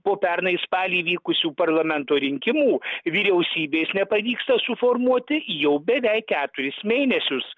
po pernai spalį vykusių parlamento rinkimų vyriausybės nepavyksta suformuoti jau beveik keturis mėnesius